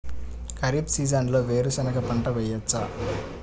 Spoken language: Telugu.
ఖరీఫ్ సీజన్లో వేరు శెనగ పంట వేయచ్చా?